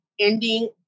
ending